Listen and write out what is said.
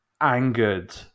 angered